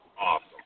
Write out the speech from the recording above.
awesome